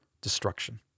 destruction